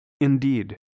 Indeed